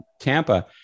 Tampa